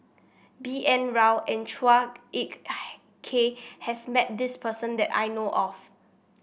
B N Rao and Chua Ek Kay has met this person that I know of